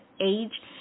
age